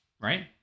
right